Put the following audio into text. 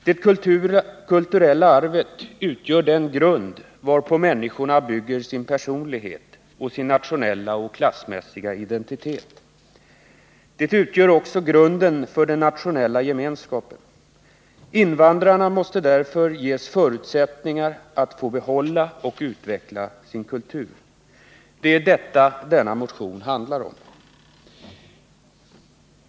Det kulturella arvet utgör den grund varpå människorna bygger sin personlighet och sin nationella och klassmässiga indentitet. Det utgör också grunden för den nationella gemenskapen. Invandrarna måste därför ges förutsättningar att få behålla och utveckla sin kultur. Det är detta den här motionen handlar om.